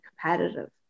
competitive